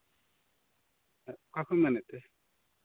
ᱚᱠᱟ ᱠᱷᱚᱡᱮᱢ ᱢᱮᱱᱮᱫ ᱛᱮ